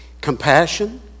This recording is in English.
Compassion